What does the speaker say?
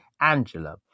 Angela